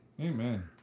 Amen